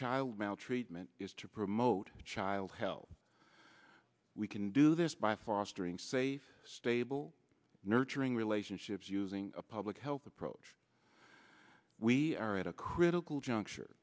maltreatment is to promote child help we can do this by fostering safe stable nurturing relationships using a public health approach we are at a critical juncture